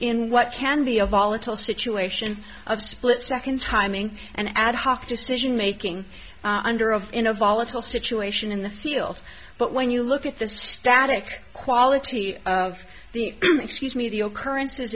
in what can be a volatile situation of split second timing and ad hoc decision making under of in a volatile situation in the field but when you look at the static quality of the excuse me the old currenc